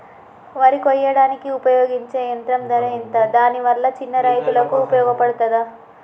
వరి కొయ్యడానికి ఉపయోగించే యంత్రం ధర ఎంత దాని వల్ల చిన్న రైతులకు ఉపయోగపడుతదా?